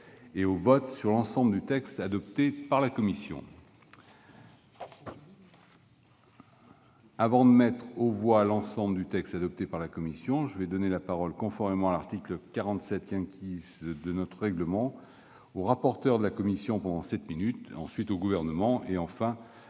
et au vote sur l'ensemble du texte adopté par la commission. Avant de mettre aux voix l'ensemble du texte adopté par la commission, je vais donner la parole, conformément à l'article 47 de notre règlement, au rapporteur de la commission, pour sept minutes, puis au Gouvernement, et enfin à un